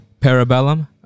parabellum